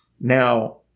Now